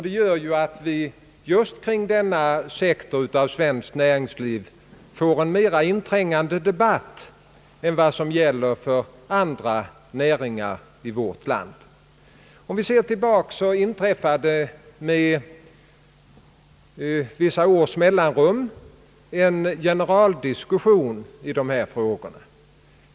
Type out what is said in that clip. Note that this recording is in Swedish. Det gör att vi kring denna sektor av svenskt näringsliv får en mera inträngande debatt än för andra näringar i vårt land. Om vi ser tillbaka finner vi att det med vissa mellanrum ägt rum en generaldiskussion i dessa frågor.